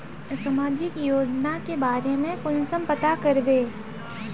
सामाजिक योजना के बारे में कुंसम पता करबे?